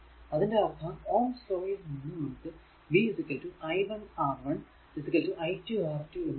അതിന്റെ അർഥം Ohm's law യിൽ നിന്നും നമുക്ക് v i1 R1 i2 R2 എന്ന് എഴുതാം